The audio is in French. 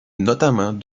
notamment